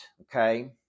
okay